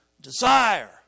desire